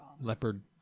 leopard